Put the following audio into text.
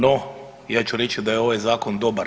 No, ja ću reći da je ovaj zakon dobar.